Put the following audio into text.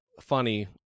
funny